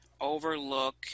overlook